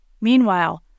Meanwhile